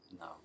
no